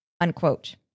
unquote